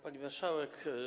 Pani Marszałek!